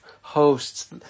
hosts